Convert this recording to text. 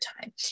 time